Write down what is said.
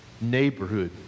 neighborhood